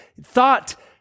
thought